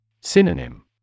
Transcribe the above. Synonym